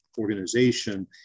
organization